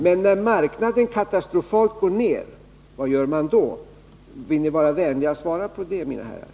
Men när marknaden går ner katastrofalt, vad gör man då? Vill ni vara vänliga att svara på det, mina herrar?